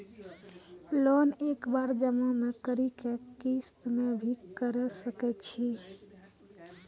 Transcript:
Loan एक बार जमा म करि कि किस्त मे भी करऽ सके छि?